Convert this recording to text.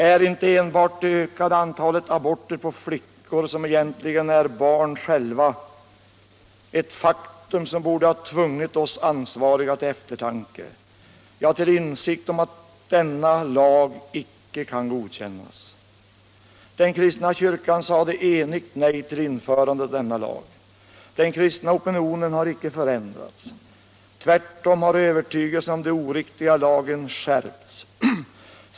Är inte enbart det ökade antalet aborter på flickor som egentligen är barn själva ett faktum som borde ha tvingat oss ansvariga till eftertanke, ja, till insikt om att denna lag inte kan godkännas? Den kristna kyrkan sade enigt nej till införandet av lagen, och den kristna opinionen har inte förändrats. Tvärtom har övertygelsen om det oriktiga i lagen skärpts.